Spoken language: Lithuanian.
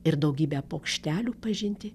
ir daugybę paukštelių pažinti